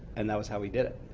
and that was how we did it.